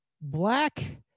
black